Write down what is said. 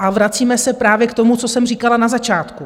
A vracíme se právě k tomu, co jsem říkala na začátku.